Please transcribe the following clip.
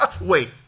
wait